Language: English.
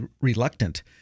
reluctant